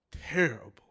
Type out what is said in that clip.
terrible